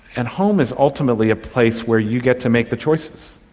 and home is ultimately a place where you get to make the choices,